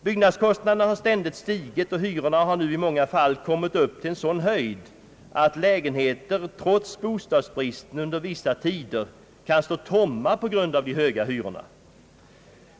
Byggnadskostnaderna har ständigt stigit, och hyrorna har nu i många fall kommit upp till en sådan höjd att lägenheter trots bostadsbristen under vissa tider kan stå tomma på grund av de höga hyrorna.